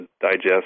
digest